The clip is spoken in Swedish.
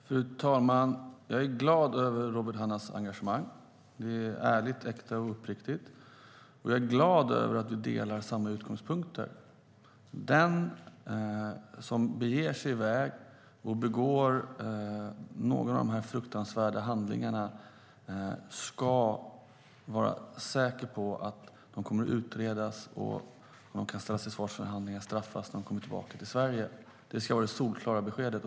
Fru talman! Jag är glad över Robert Hannahs engagemang. Det är ärligt, äkta och uppriktigt. Och jag är glad över att vi delar samma utgångspunkter. De som ger sig i väg och begår någon av de fruktansvärda handlingarna ska vara säkra på att de kommer att utredas och kan ställas till svars för och straffas för sina handlingar när de kommer tillbaka till Sverige. Det ska vara det solklara beskedet.